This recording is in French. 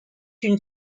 une